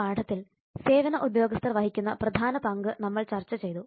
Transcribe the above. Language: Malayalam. ഈ പാഠത്തിൽ സേവന ഉദ്യോഗസ്ഥർ വഹിക്കുന്ന പ്രധാന പങ്ക് നമ്മൾ ചർച്ച ചെയ്തു